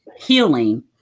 healing